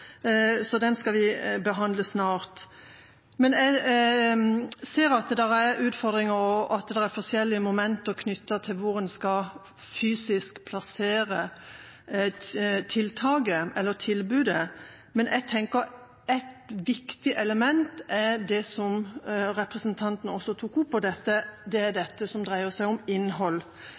så den skal vi behandle snart. Jeg ser at det er utfordringer, og at det er forskjellige momenter knyttet til hvor en fysisk skal plassere tilbudet, men jeg tenker at et viktig element er, som representanten også tok opp, det som dreier seg om innhold. Det er